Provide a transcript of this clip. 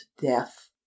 death